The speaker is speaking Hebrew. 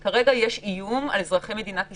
אבל כרגע יש איום על אזרחי מדינת ישראל,